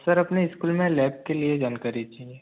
sir अपने school में lab के लिए जानकारी चाहिए